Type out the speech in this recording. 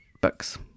books